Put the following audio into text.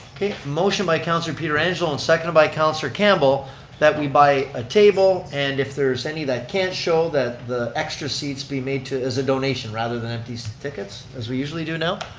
okay, motion by councilor pietrangelo and seconded by councilor campbell that we buy a table, and if there's any that can't show, that the extra seats be made to as a donation rather than so tickets, as we usually do now.